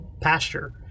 pasture